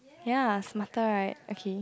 ya smarter right okay